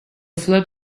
flood